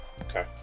Okay